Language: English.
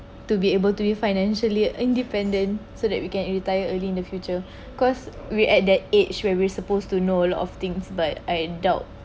to be able to be financially independent so that we can retire early in the future cause we at that age where we supposed to know a lot of things by adult